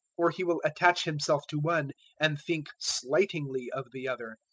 or he will attach himself to one and think slightingly of the other.